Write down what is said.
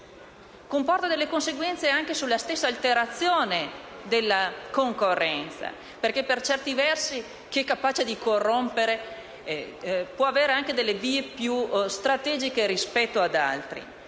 comporta delle conseguenze sulla stessa alterazione della concorrenza. Infatti, per certi versi, chi è capace di corrompere può avere anche vie più strategiche rispetto ad altri.